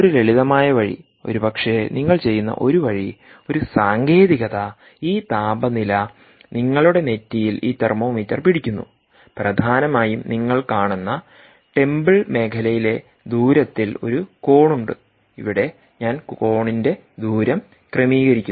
ഒരു ലളിതമായ വഴി ഒരുപക്ഷേ നിങ്ങൾ ചെയ്യുന്ന ഒരു വഴി ഒരു സാങ്കേതികത ഈ താപനില നിങ്ങളുടെ നെറ്റിയിൽ ഈ തെർമോമീറ്റർ പിടിക്കുന്നു പ്രധാനമായും നിങ്ങൾ കാണുന്ന ടെംപിൾ മേഖലയിലെ ദൂരത്തിൽ ഒരു കോൺ ഉണ്ട് ഇവിടെ ഞാൻ കോണിന്റെ ദൂരം ക്രമീകരിക്കുന്നു